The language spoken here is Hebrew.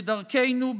כדרכנו,